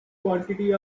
quantity